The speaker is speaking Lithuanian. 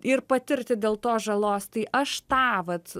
ir patirti dėl tos žalos tai aš tą vat